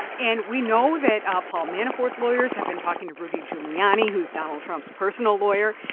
and we know that ah paul manafort's lawyers have been talking to rudy giuliani, who's donald trump's personal lawyer.